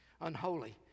Unholy